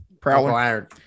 Prowler